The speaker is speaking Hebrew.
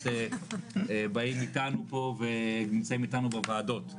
באים איתנו פה ונמצאים איתנו בוועדות.